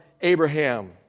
Abraham